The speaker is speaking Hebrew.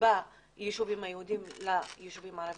בישובים היהודים לבין הישובים הערבים.